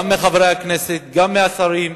גם מחברי הכנסת, גם מהשרים.